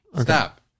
Stop